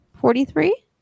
Forty-three